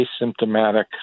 asymptomatic